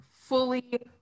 fully